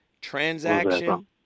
Transaction